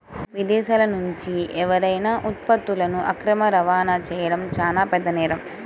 విదేశాలనుంచి ఏవైనా ఉత్పత్తులను అక్రమ రవాణా చెయ్యడం చానా పెద్ద నేరం